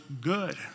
Good